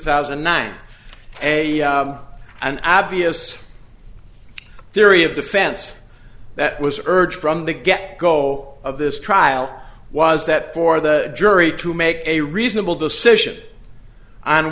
thousand and nine and obvious there he of defense that was urged from the get go of this trial was that for the jury to make a reasonable decision on